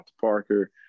Parker